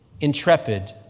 intrepid